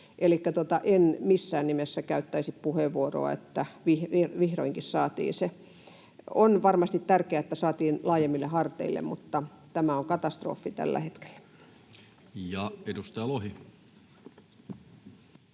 en missään nimessä käyttäisi puheenvuoroa, että ”vihdoinkin saatiin se”. On varmasti tärkeää, että saatiin laajemmille harteille, mutta tämä on katastrofi tällä hetkellä. Ja edustaja Lohi.